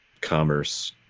commerce